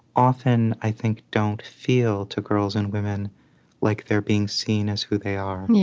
often, i think, don't feel to girls and women like they're being seen as who they are.